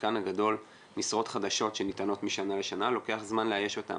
חלקן הגדול משרות חדשות שניתנות משנה לשנה ולוקח זמן לאייש אותן,